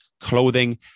clothing